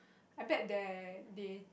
I bet there they